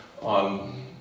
on